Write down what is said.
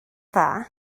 dda